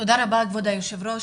תודה רבה כבוד היו"ר,